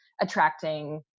attracting